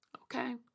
okay